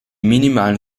minimalen